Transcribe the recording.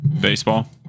Baseball